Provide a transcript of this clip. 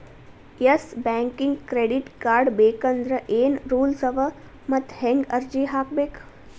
Yes ಬ್ಯಾಂಕಿನ್ credit card ಬೇಕಂದ್ರ ಏನ್ ರೂಲ್ಸವ ಮತ್ತ್ ಹೆಂಗ್ ಅರ್ಜಿ ಹಾಕ್ಬೇಕ?